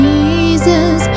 Jesus